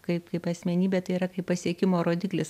kaip kaip asmenybė tai yra kaip pasiekimo rodiklis